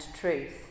truth